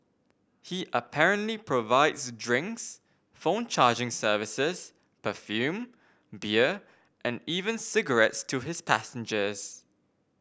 he apparently provides drinks phone charging services perfume beer and even cigarettes to his passengers